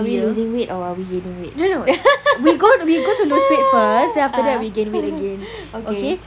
so are we losing weight or we gaining weight we go we go to lose weight first then after that we gain weight again okay